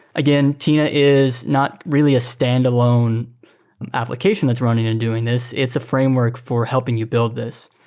again, tina is not really a standalone application that's running and doing this. it's a framework for helping you build this.